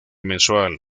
mensual